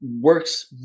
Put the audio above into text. works